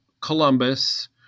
Columbus